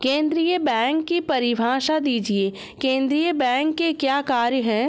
केंद्रीय बैंक की परिभाषा दीजिए केंद्रीय बैंक के क्या कार्य हैं?